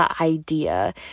idea